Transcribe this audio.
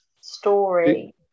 story